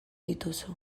dituzu